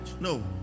no